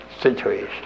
situation